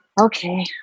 okay